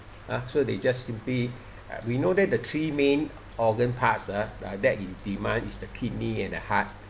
!huh! so they just simply we know that the three main organ parts ah that in demand is the kidney and the heart